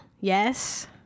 Yes